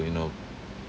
to you know